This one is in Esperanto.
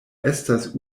estas